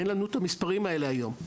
אין לנו את המספרים האלה היום.